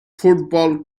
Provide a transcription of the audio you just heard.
football